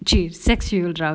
jeez sexual drug